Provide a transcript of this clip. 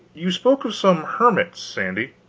you spoke of some hermits, sandy.